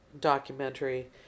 documentary